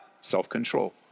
self-control